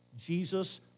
Jesus